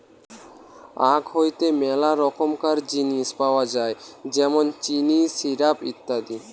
আখ হইতে মেলা রকমকার জিনিস পাওয় যায় যেমন চিনি, সিরাপ, ইত্যাদি